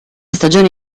stagione